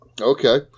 Okay